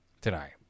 tonight